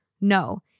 No